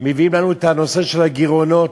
מביאים לנו את הנושא של הגירעונות.